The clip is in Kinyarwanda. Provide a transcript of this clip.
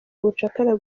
ubucakara